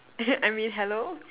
I mean hello